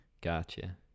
Gotcha